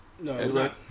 No